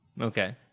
Okay